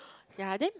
ya then